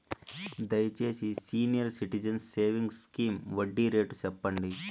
దయచేసి senior citizens savings scheme వడ్డీ rate సెప్పండి